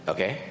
Okay